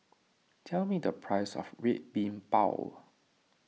tell me the price of Red Bean Bao